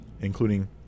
including